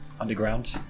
underground